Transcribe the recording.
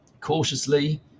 cautiously